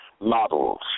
models